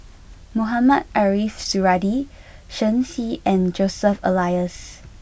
Mohamed Ariff Suradi Shen Xi and Joseph Elias